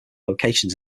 locations